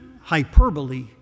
hyperbole